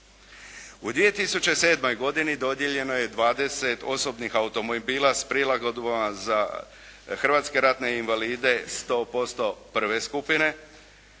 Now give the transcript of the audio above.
U 2007. godini dodijeljeno je 20 osobnih automobila s prilagodbama sa hrvatske ratne invalide 100% prve skupine